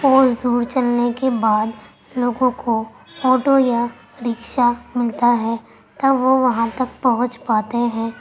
اور کوس دور چلنے کے بعد لوگوں کو آٹو یا رکشا ملتا ہے تب وہ وہاں تک پہنچ پاتے ہیں